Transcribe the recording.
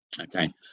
Okay